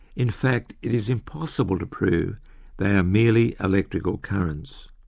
in fact, it is impossible to prove they are merely electrical currents.